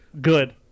Good